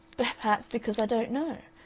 perhaps because i don't know.